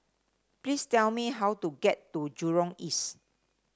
please tell me how to get to Jurong East